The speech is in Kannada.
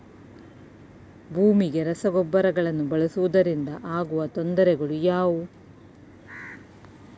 ಭೂಮಿಗೆ ರಸಗೊಬ್ಬರಗಳನ್ನು ಬಳಸುವುದರಿಂದ ಆಗುವ ತೊಂದರೆಗಳು ಯಾವುವು?